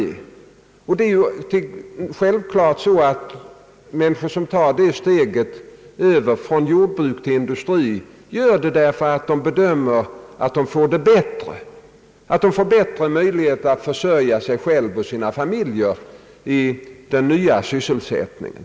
Självklart är det så att människor som tar steget över från jordbruk till industri gör det därför att de bedömer att de får det bättre, får större möjligheter att försörja sig och sina familjer i den nya sysselsättningen.